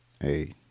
Hey